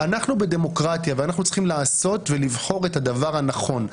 אנחנו בדמוקרטיה ואנחנו צריכים לעשות ולבחור את הדבר הנכון.